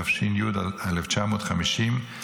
התש"י 1950,